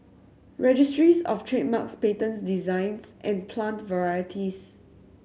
Registries Of Trademarks Patents Designs and Plant Varieties